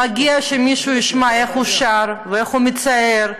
מגיע לו שמישהו ישמע איך הוא שר, ואיך הוא מצייר,